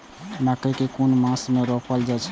मकेय कुन मास में रोपल जाय छै?